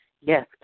Yes